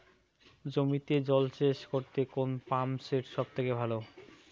জমিতে জল সেচ করতে কোন পাম্প সেট সব থেকে ভালো?